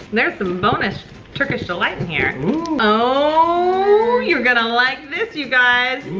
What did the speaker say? there's some bonus turkish delight in here. ooh. ohh, you're going to like this you guys. and